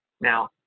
Now